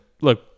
look